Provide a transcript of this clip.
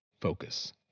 focus